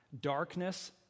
darkness